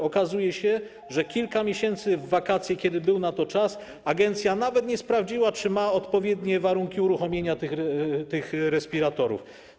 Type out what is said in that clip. Okazuje się, że przez kilka miesięcy, w czasie wakacji, kiedy był na to czas, agencja nawet nie sprawdziła, czy ma odpowiednie warunki uruchomienia tych respiratorów.